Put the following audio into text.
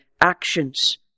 Actions